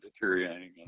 deteriorating